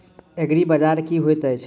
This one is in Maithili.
एग्रीबाजार की होइत अछि?